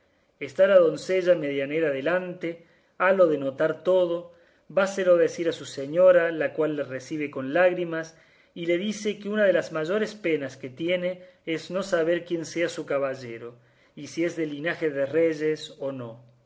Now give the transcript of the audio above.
la doncella medianera delante halo de notar todo váselo a decir a su señora la cual la recibe con lágrimas y le dice que una de las mayores penas que tiene es no saber quién sea su caballero y si es de linaje de reyes o no